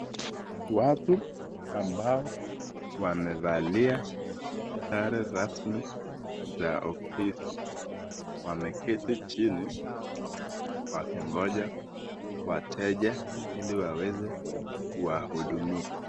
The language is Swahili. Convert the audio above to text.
Watu ambao wamevalia sare rasmi za ofisi wameketi chini wakigonja wateja ili waweze kuwahudumia.